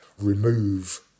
remove